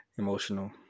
Emotional